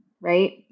right